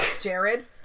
Jared